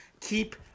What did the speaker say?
Keep